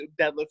deadlift